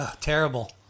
Terrible